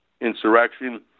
insurrection